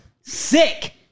Sick